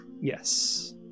Yes